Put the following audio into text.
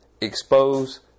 Expose